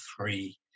three